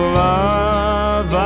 love